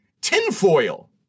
Tinfoil